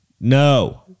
No